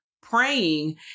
praying